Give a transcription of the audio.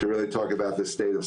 אנחנו יכולים לדבר על המצב של